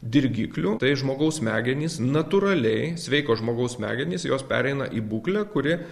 dirgiklių tai žmogaus smegenys natūraliai sveiko žmogaus smegenys jos pereina į būklę kuri